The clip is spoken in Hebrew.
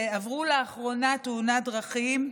שעברו לאחרונה תאונת דרכים,